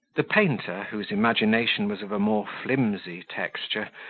the painter, whose imagination was of a more flimsy texture,